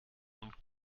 und